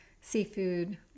seafood